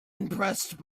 impressed